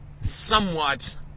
somewhat